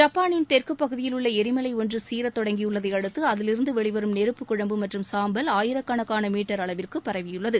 ஜப்பானின் தெற்கு பகுதியில் உள்ள ளிமலை ஒன்று சீறத் தொடங்கியுள்ளதை அடுத்து அதிலிருந்து வெளிவரும் நெருப்புக் குழம்பு மற்றும் சாம்பல் ஆயிரக்கணக்கான மீட்டர் அளவிற்கு பரவியுள்ளது